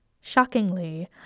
Shockingly